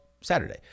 saturday